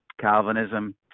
Calvinism